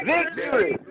Victory